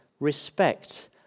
Respect